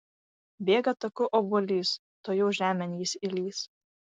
bėga taku obuolys tuojau žemėn jis įlįs